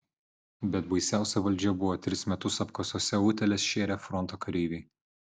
bet baisiausia valdžia buvo tris metus apkasuose utėles šėrę fronto kareiviai